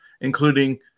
including